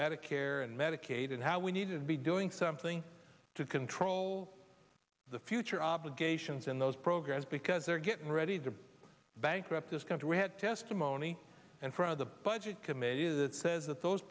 medicare and medicaid and how we need to be doing something to control the future obligations in those programs because they're getting ready to bankrupt this country we had testimony and from the budget committee that says that those